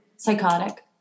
Psychotic